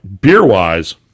beer-wise